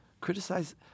Criticize